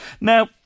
Now